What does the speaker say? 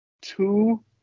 two